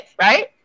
right